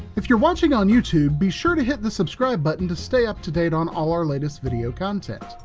if you're watching on youtube, be sure to hit the subscribe button to stay up to date on all our latest video content.